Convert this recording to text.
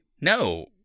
No